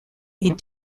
est